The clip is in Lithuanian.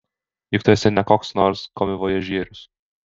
juk tu esi ne koks nors komivojažierius